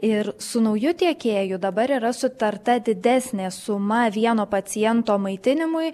ir su nauju tiekėju dabar yra sutarta didesnė suma vieno paciento maitinimui